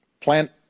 plant